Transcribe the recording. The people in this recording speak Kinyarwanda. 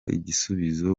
igisubizo